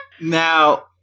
Now